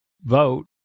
vote